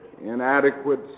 inadequate